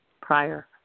prior